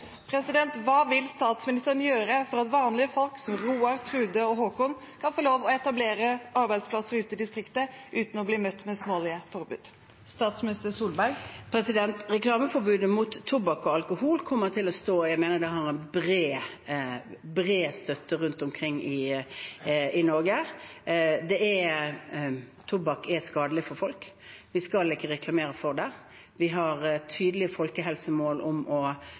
Hva vil statsministeren gjøre for at vanlige folk som Roar, Trude og Håkon kan få lov til å etablere arbeidsplasser ute i distriktet uten å bli møtt med smålige forbud? Reklameforbudet mot tobakk og alkohol kommer til å stå. Jeg mener at det har bred støtte rundt omkring i Norge. Tobakk er skadelig for folk. Vi skal ikke reklamere for det. Vi har tydelige folkehelsemål om ikke å